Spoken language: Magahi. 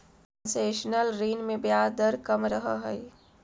कंसेशनल ऋण में ब्याज दर कम रहऽ हइ